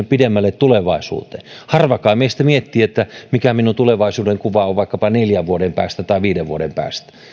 pidemmälle sinne tulevaisuuteen se katsantokanta harva kai meistä miettii että mikä minun tulevaisuudenkuvani on vaikkapa neljän vuoden päästä tai viiden vuoden päästä